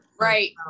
right